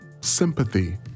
sympathy